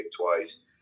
twice